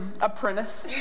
apprentice